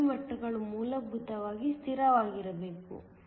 Fermi ಮಟ್ಟಗಳು ಮೂಲಭೂತವಾಗಿ ಸ್ಥಿರವಾಗಿರಬೇಕು